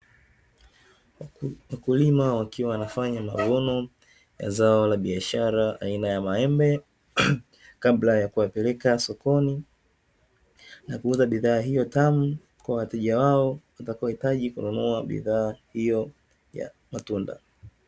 Mkulima akiwa anafanya mavuno ya zao la biashara aina ya maembe kabla ya kuyapeleka sokoni na kuuza bidhaa hiyo tamu kwa wateja wao watakaohitaji kununua bidhaa hiyo ya matunda.